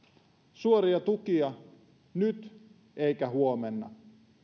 suoria tukia nyt eikä huomenna